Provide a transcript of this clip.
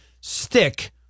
stick